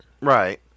Right